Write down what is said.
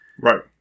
Right